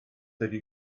ydy